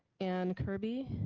anne kirby,